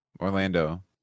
Orlando